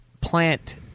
plant